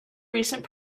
recent